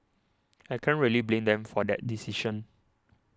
I can't really blame them for that decision